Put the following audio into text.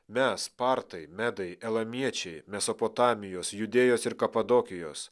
mes spartai medai elamiečiai mesopotamijos judėjos ir kapadokijos